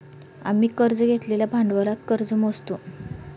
आम्ही कर्ज घेतलेल्या भांडवलात कर्ज मोजतो